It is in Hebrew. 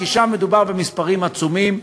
כי שם מדובר במספרים עצומים,